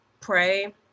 pray